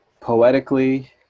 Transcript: poetically